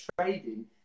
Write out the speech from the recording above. trading